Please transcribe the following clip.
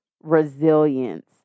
resilience